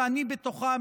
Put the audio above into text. ואני בתוכם,